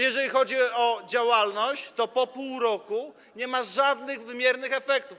Jeżeli chodzi o działalność, to po pół roku nie ma żadnych wymiernych efektów.